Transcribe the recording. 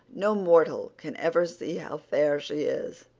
no mortal can ever see how fair she is.